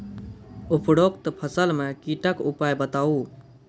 उपरोक्त फसल मे कीटक उपाय बताऊ?